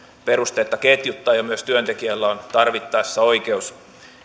perusteetta ketjuttaa myös työntekijällä on tarvittaessa oikeus